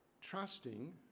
trusting